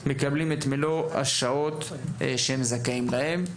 מקבלים את מלוא השעות שהם זכאים להן.